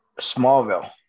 Smallville